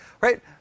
right